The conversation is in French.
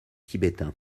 tibétain